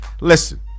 listen